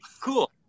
cool